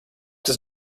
does